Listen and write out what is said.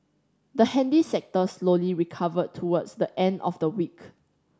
the handy sector slowly recovered towards the end of the week